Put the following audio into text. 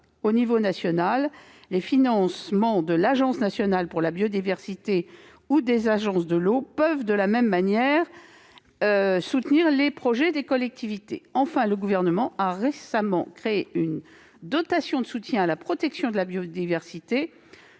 Au niveau national, les financements de l'Office français de la biodiversité comme ceux des agences de l'eau peuvent, de la même manière, soutenir les projets des collectivités. Enfin, le Gouvernement a récemment créé une dotation de soutien à la protection de la biodiversité